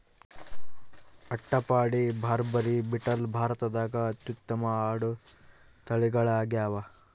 ಅಟ್ಟಪಾಡಿ, ಬಾರ್ಬರಿ, ಬೀಟಲ್ ಭಾರತದಾಗ ಅತ್ಯುತ್ತಮ ಆಡು ತಳಿಗಳಾಗ್ಯಾವ